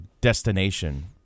destination